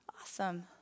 Awesome